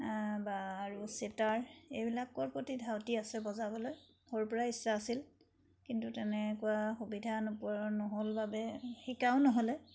বা আৰু চেতাৰ এইবিলাকৰ প্ৰতি ধাউতি আছে বজাবলৈ সৰুৰ পৰাই ইচ্ছা আছিল কিন্তু তেনেকুৱা সুবিধা নোপোৱাৰ নহ'ল বাবে শিকাও নহ'লে